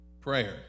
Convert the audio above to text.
prayer